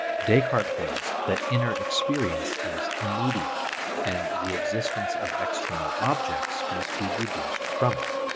descartes holds that inner experience is immediate and the existence of external objects must be deduced from it.